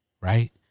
Right